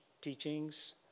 teachings